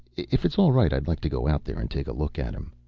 if it's all right, i'd like to go out there and take a look at him.